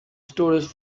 storage